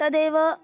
तदेव